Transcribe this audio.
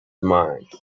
mind